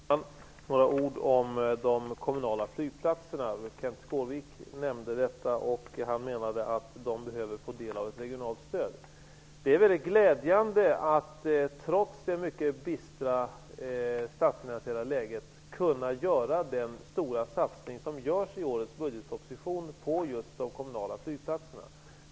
Fru talman! Jag vill bara säga några ord om de kommunala flygplatserna. Kenth Skårvik menade att de behöver få del av ett regionalt stöd. Det är mycket glädjande att vi, trots det mycket bistra statsfinansiella läget, har kunnat göra den stora satsning som görs i årets budgetproposition på just de kommunala flygplatserna.